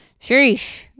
Sheesh